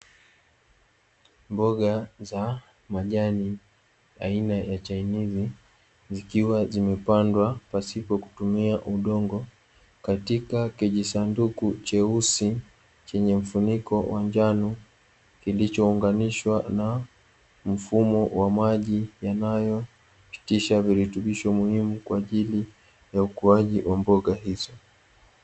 Mboga za majani aina ya chainisi zikiwa zimepandwa pasipo kutumia udongo , katika kijisanduku cheusi chenye mfuniko wa njano kilichounganishwa na mfumo wa maji yanayopitisha virutubisho kwaajili ya ukuaji wa mboga hizo .